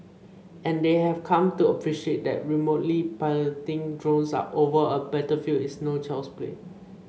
and they have come to appreciate that remotely piloting drones over a battlefield is no child's play